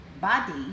body